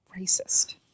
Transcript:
racist